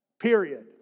Period